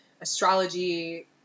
astrology